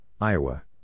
Iowa